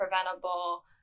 preventable